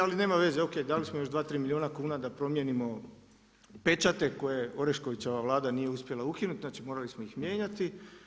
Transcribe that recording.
Ali nema veze, ok, dali smo još 2, 3 milijuna kuna da promijenimo pečate koje Oreškovićeva Vlada nije uspjela ukinuti, znači morali smo ih mijenjati.